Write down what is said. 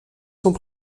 sont